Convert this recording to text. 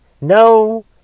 no